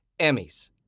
Emmys